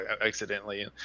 accidentally